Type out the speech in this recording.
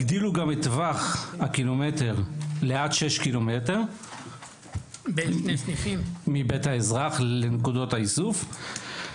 הגדילו גם את טווח הקילומטר לעד 6 ק"מ מבית האזרח לנקודות האיסוף.